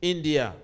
India